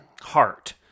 heart